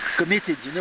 committed